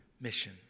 mission